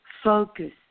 Focus